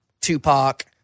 Tupac